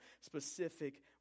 specific